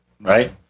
right